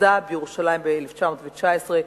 שנוסדה בירושלים ב-1919,